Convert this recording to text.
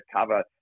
cover